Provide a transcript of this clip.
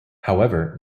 however